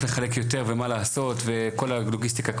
לחלק יותר ומה לעשות וכל הלוגיסטיקה,